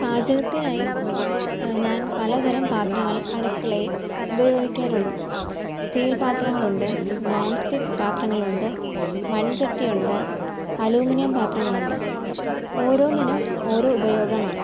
പാചകത്തിനായി ഞാൻ പലതരം പാത്രങ്ങൾ അടുക്കളയിൽ ഉപയോഗിക്കാറുണ്ട് സ്റ്റീൽ പാത്രങ്ങളുണ്ട് നോൺ സ്റ്റിക്ക് പാത്രങ്ങളുണ്ട് മൺചട്ടിയുണ്ട് അലൂമിനിയം പാത്രങ്ങളുണ്ട് ഓരോന്നിനും ഓരോ ഉപയോഗമാണ്